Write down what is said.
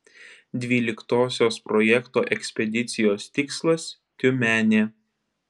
dvyliktosios projekto ekspedicijos tikslas tiumenė